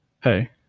Hey